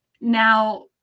Now